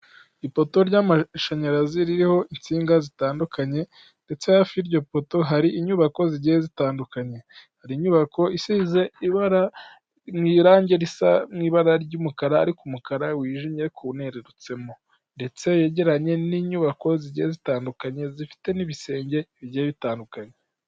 Ipoto ry'amashanyarazi, ririho insinga zitandukanye ndetse hafi y'iryo poto hari inyubako zigiye zitandukanye, hari inyubako isize irangi risa n'ibara ry'umukara ariko umukara wijimye, ariko uba unerutsemo ndetse yegeranye n'inyubako zigiye zitandukanye ndetse n'ibisenge bigiye bitandukanye.